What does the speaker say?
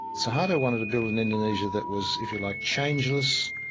suharto wanted to build an indonesia that was, if you like, changeless,